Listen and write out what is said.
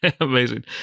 Amazing